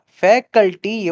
faculty